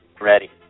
Ready